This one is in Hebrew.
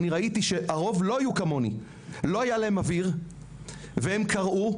היה להם אוויר והם כרעו.